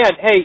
hey